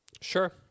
Sure